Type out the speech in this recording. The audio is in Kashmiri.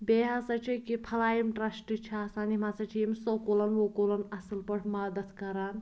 بیٚیہِ ہَسا چھُ ییٚکیٛاہ فلایِم ٹرٛسٹ چھِ آسان یِم ہَسا چھِ یِم سکوٗلَن وکوٗلَن اَصٕل پٲٹھۍ مدَتھ کَران